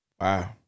Wow